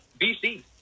BC